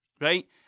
right